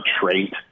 trait